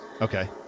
Okay